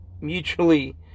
mutually